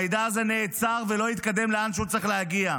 המידע הזה נעצר ולא התקדם לאן שהוא צריך להגיע.